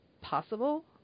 possible